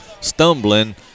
stumbling